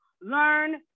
Learn